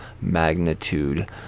magnitude